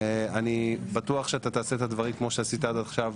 אני בטוח שתעשה את הדברים כמו שעשית עד עכשיו,